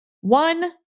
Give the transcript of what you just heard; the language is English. One